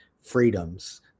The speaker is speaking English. freedoms